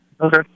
Okay